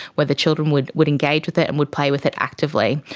whether children would would engage with it and would play with it actively,